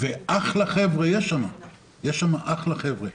יש שם אחלה חבר'ה.